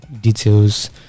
details